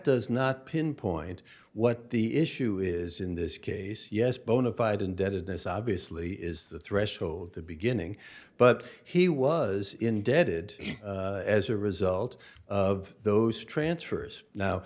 does not pinpoint what the issue is in this case yes bonafide indebtedness obviously is the threshold the beginning but he was indebted as a result of those transfers now